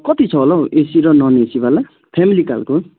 कति छ होला हौ एसी र नन्एसीवाला फ्यामिली खालको